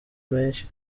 menshi